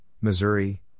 Missouri